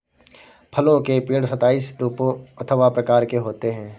फलों के पेड़ सताइस रूपों अथवा प्रकार के होते हैं